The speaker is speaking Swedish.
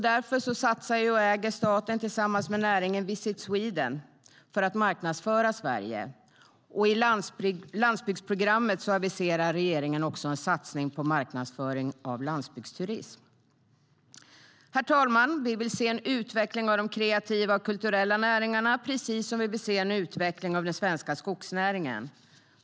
Därför satsar staten och äger tillsammans med näringen Visit Sweden, för att marknadsföra Sverige. I landsbygdsprogrammet aviserar regeringen också en satsning på marknadsföring av landsbygdsturism. Herr ålderspresident! Vi vill se en utveckling av de kreativa och kulturella näringarna, precis som vi vill se en utveckling av den svenska skogsnäringen.